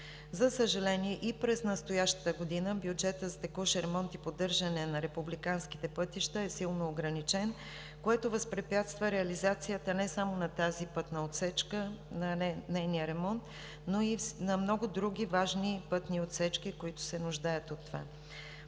За съжаление, и през настоящата година бюджетът за текущ ремонт и поддържане на републиканските пътища е силно ограничен, което възпрепятства реализацията не само на тази пътна отсечка – на нейния ремонт, но и на много други важни пътни отсечки, които се нуждаят от това.